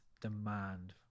demand